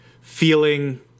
feeling